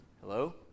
Hello